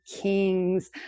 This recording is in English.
kings